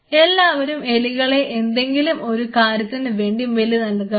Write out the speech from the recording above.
എല്ലാവരും എലികളെ എന്തെങ്കിലും ഒരു കാര്യത്തിനുവേണ്ടി ബലി നൽകാറുണ്ട്